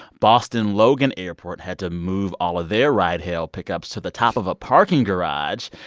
boston logan airport had to move all of their ride-hail pickups to the top of a parking garage.